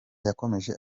yakomeje